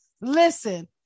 listen